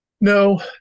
No